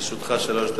לרשותך שלוש דקות.